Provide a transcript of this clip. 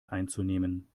einzunehmen